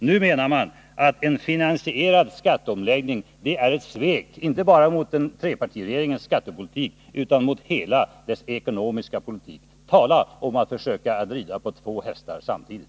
Nu menar moderaterna att en finansierad skatteomläggning är ett svek, inte bara mot trepartiregeringens skattepolitik utan mot hela dess ekonomiska politik. Tala om att försöka att rida på två hästar samtidigt!